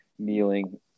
kneeling